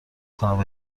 کند